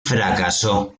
fracasó